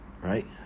Right